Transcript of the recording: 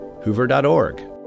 hoover.org